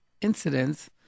incidents